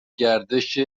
گردش